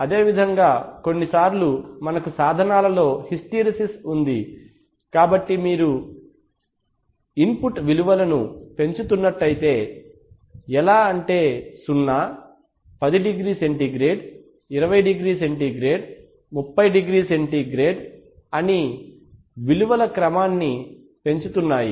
అదేవిధంగా కొన్నిసార్లు మనకు సాధనాలలో హిస్టెరిసిస్ ఉంది కాబట్టి మీరు ఇన్పుట్ విలువలను పెంచుతున్నట్లయితే ఎలా అంటే సున్నా 10 degree centigrade 20 degree centigrade 30 degree centigrade అవి విలువల క్రమాన్ని పెంచుతున్నాయి